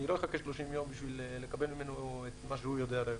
אני לא אחכה 30 יום בשביל לקבל ממנו את מה שהוא יודע על האירוע.